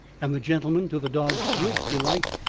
and the gentleman, to the dog's great delight,